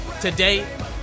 today